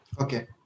Okay